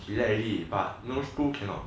select already but no school cannot